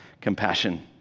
compassion